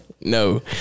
No